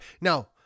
Now